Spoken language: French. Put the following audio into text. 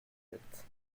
sept